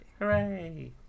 Hooray